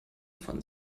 von